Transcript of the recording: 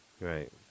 Right